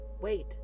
Wait